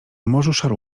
morzu